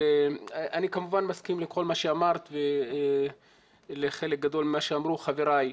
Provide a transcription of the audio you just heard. אני כמובן מסכים לכל מה שאמרת ולחלק גדול ממה שאמרו חבריי.